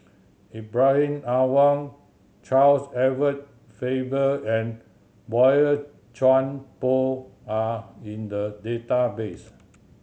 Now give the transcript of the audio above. Ibrahim Awang Charles Edward Faber and Boey Chuan Poh are in the database